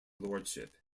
lordship